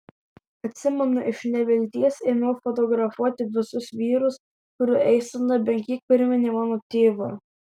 atsimenu iš nevilties ėmiau fotografuoti visus vyrus kurių eisena bent kiek priminė mano tėvą